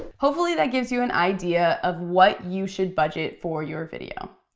hopefully, that gives you an idea of what you should budget for your video.